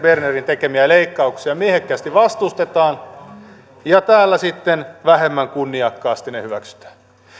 bernerin tekemiä leikkauksia miehekkäästi vastustetaan ja täällä sitten vähemmän kunniakkaasti ne hyväksytään